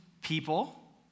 people